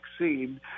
vaccine